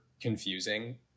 confusing